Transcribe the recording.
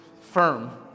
firm